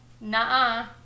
nah